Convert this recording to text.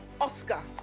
Oscar